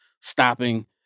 stopping